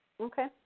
Okay